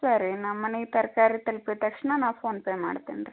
ಸರಿ ನಮ್ಮ ಮನೆಗ್ ತರಕಾರಿ ತಲ್ಪಿದ ತಕ್ಷಣ ನಾ ಫೋನ್ಪೇ ಮಾಡ್ತೀನಿ ರೀ